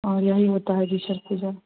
और यही होता है बिशहर पूजा